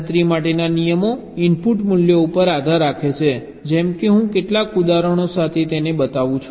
ગણતરી માટેના નિયમો ઇનપુટ મૂલ્યો ઉપર આધાર રાખે છે જેમ કે હું કેટલાક ઉદાહરણો સાથે બતાવીશ